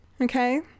Okay